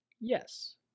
Yes